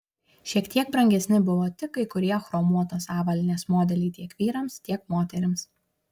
šiek tiek brangesni buvo tik kai kurie chromuotos avalynės modeliai tiek vyrams tiek moterims